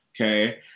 okay